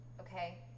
okay